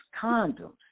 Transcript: condoms